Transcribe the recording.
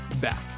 back